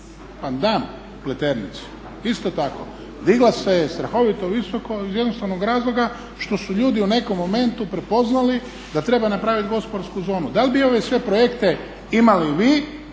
Pandan Pleternicu isto tako. Digla se je strahovito visoko iz jednostavnog razloga što su ljudi u nekom momentu prepoznali da treba napraviti gospodarsku zonu. Da li bi ove sve projekte imali vi